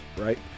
right